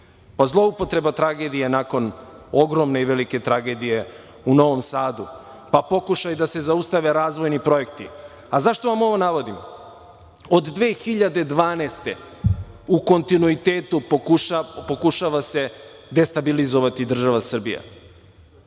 zloupotreba tragedije nakon ogromne i velike tragedije u Novom Sadu, pokušaj da se zaustave razvojni projekti. A zašto vam ovo navodim? Od 2012. godine u kontinuitetu se pokušava destabilizovati država Srbija.